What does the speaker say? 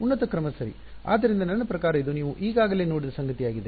ಆದ್ದರಿಂದ ನನ್ನ ಪ್ರಕಾರ ಇದು ನೀವು ಈಗಾಗಲೇ ನೋಡಿದ ಸಂಗತಿಯಾಗಿದೆ